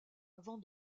avant